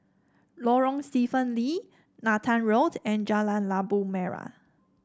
Lorong Stephen Lee Nathan Road and Jalan Labu Merah